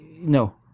No